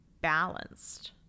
balanced